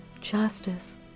justice